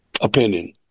opinion